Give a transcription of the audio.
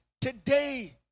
today